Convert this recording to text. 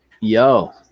Yo